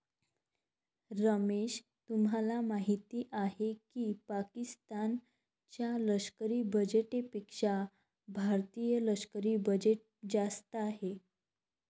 रमेश तुम्हाला माहिती आहे की पाकिस्तान च्या लष्करी बजेटपेक्षा भारतीय लष्करी बजेट जास्त आहे